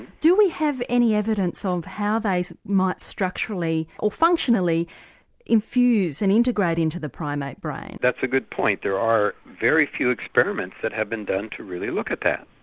do we have any evidence um of how they might structurally or functionally infuse and integrate into the primate brain? that's a good point, there are very few experiments that have been done to really look at that.